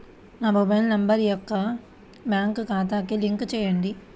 నా mobile number నా యొక్క బ్యాంక్ ఖాతాకి లింక్ చేయండీ?